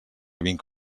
vinc